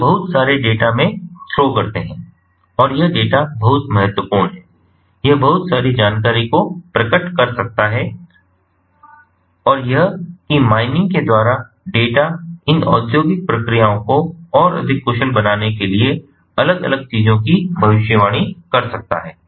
वे बहुत सारे डेटा में थ्रो करते हैं और यह डेटा बहुत महत्वपूर्ण है यह बहुत सारी जानकारी को प्रकट कर सकता है और यह कि माइनिंग के द्वारा डेटा इन औद्योगिक प्रक्रियाओं को और अधिक कुशल बनाने के लिए अलग अलग चीजों की भविष्यवाणी कर सकता है